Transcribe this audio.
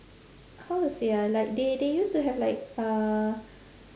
how to say ah like they they used to have like uh